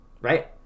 right